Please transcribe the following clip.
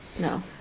No